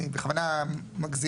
אני בכוונה מגזים,